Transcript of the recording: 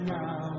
now